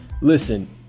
listen